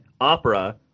opera